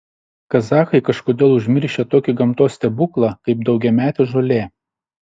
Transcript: kazachai kažkodėl užmiršę tokį gamtos stebuklą kaip daugiametė žolė